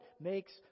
makes